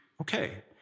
Okay